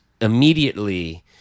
immediately